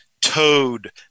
toad